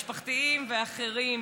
משפחתיים ואחרים.